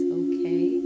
okay